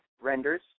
renders